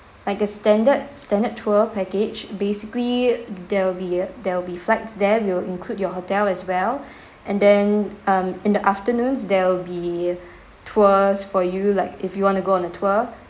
like a standard standard tour package basically there'll be there'll be flights there we'll include your hotel as well and then um in the afternoon there'll be tours for you like if you want to go on a tour